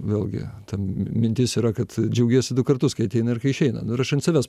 vėlgi ta mintis yra kad džiaugiesi du kartus kai ateina kai išeina nu ir aš ant savęs